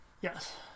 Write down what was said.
Yes